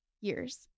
years